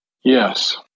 Yes